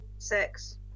Six